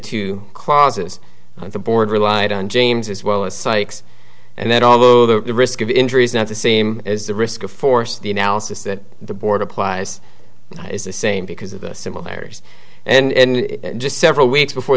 two clauses and the board relied on james as well as psychs and that all of the risk of injury is not the same as the risk of force the analysis that the board applies is the same because of the similarities and just several weeks before